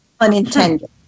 unintended